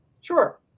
sure